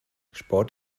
sport